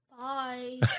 Bye